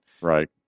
right